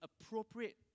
appropriate